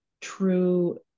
true